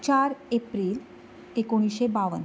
चार एप्रील एकोणिशें बावन